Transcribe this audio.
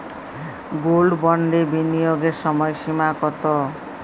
Gold বন্ডে বিনিয়োগের সময়সীমা কতো?